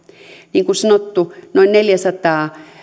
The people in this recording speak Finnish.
niin kuin sanottu noin neljäsataa